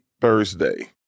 Thursday